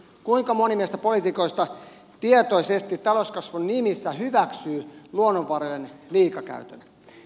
kuinka moni meistä poliitikoista tietoisesti talouskasvun nimissä hyväksyy luonnonvarojen liikakäytön